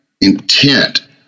Intent